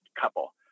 couple